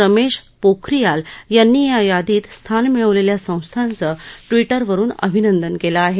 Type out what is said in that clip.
रमेश पोखरीयाल यांनी या यादीत स्थान मिळवलेल्या संस्थांचं ट्विटरवरून अभिनंदन केलं आहे